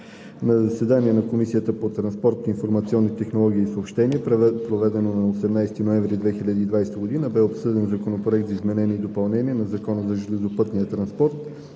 На заседание на Комисията по транспорт, информационни технологии и съобщения, проведено на 18 ноември 2020 г., бе обсъден Законопроект за изменение и допълнение на Закона за железопътния транспорт,